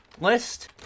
list